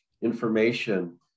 information